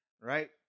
Right